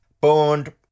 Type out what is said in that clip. Bond